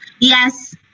Yes